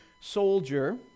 soldier